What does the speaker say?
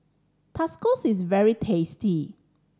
tacos is very tasty